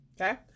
okay